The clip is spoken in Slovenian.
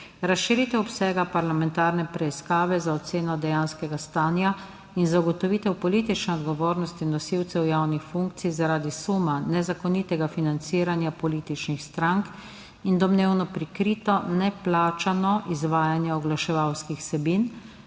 Razširitev obsega parlamentarne preiskave za oceno dejanskega stanja in za ugotovitev politične odgovornosti nosilcev javnih funkcij, zaradi suma nezakonitega financiranja političnih strank in domnevno prikrito, neplačano izvajanje oglaševalskih vsebin